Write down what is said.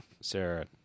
Sarah